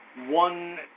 one